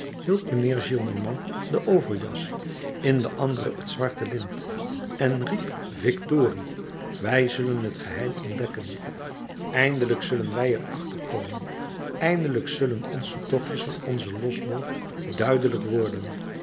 mijnheer gillenormand de overjas in de andere het zwarte lint en riep victorie wij zullen het geheim ontdekken eindelijk zullen wij er achter komen eindelijk zullen ons de tochtjes van onzen losbol duidelijk worden